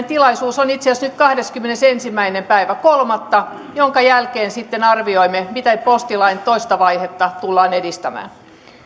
tilaisuus on itse asiassa nyt kahdeskymmenesensimmäinen kolmatta minkä jälkeen sitten arvioimme miten postilain toista vaihetta tullaan edistämään